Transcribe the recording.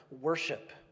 worship